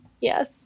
yes